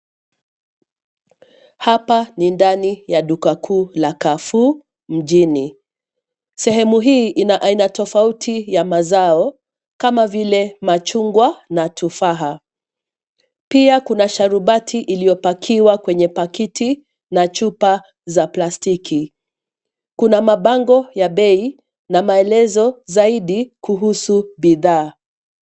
Hapa ni ndani ya duka kuu la Carrefour mjini. Sehemu hii ina aina tofauti ya mazao kama vile machungwa na tufaha. Pia kuna sharubati iliyopakiwa kwenye pakiti na chupa za plastiki. Kuna mabango ya bei na maelezo zaidi kuhusu bidhaa.